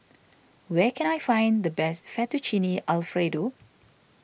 where can I find the best Fettuccine Alfredo